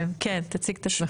כן, תציג את עצמך.